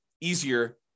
easier